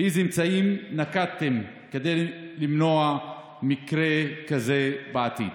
3. אילו אמצעים נקטתם כדי למנוע מקרה כזה בעתיד?